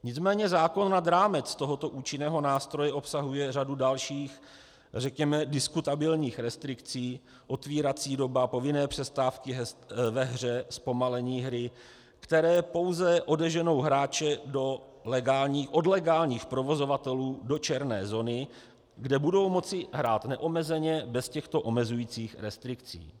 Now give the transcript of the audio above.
Nicméně zákon nad rámec tohoto účinného nástroje obsahuje řadu dalších, řekněme diskutabilních restrikcí otevírací doba, povinné přestávky ve hře, zpomalení hry které pouze odeženou hráče od legálních provozovatelů do černé zóny, kde budou moci hrát neomezeně bez těchto omezujících restrikcí.